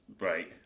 Right